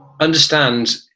understand